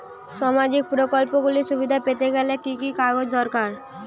সামাজীক প্রকল্পগুলি সুবিধা পেতে গেলে কি কি কাগজ দরকার?